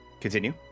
continue